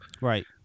Right